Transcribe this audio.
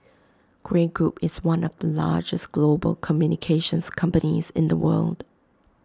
Grey Group is one of the largest global communications companies in the world